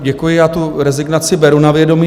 Děkuji, já tu rezignaci beru na vědomí.